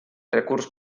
recurs